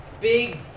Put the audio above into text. big